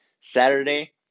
Saturday